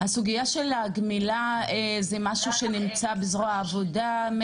הסוגייה של הגמילה זה משהו שנמצא בזרוע העבודה,